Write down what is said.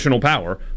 power